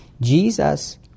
Jesus